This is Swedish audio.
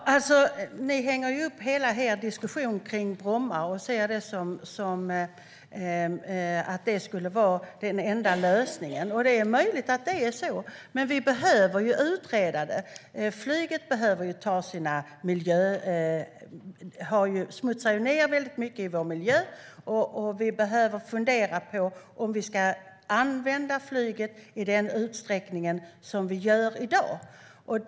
Herr talman! Ni i oppositionen hänger upp hela er diskussion på Bromma och ser det som den enda lösningen. Det är möjligt att det är så, men vi behöver ju utreda det. Flyget behöver ta sitt miljöansvar - det smutsar ju ned väldigt mycket i vår miljö. Vi behöver också fundera på om vi ska använda flyget i den utsträckning som vi gör i dag.